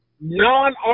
non